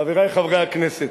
חברי חברי הכנסת,